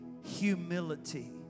humility